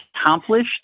accomplished